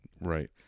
Right